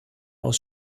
aus